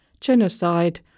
genocide